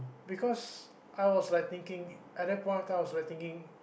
because I was like thinking at the point of time I was thinking